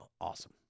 Awesome